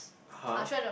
[huh]